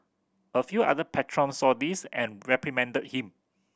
a few other patrons saw this and reprimanded him